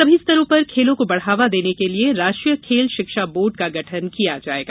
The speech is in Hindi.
सभी स्तरों पर खेलों को बढ़ावा देने के लिये राष्ट्रीय खेल शिक्षा बोर्ड का गठन किया जाएगा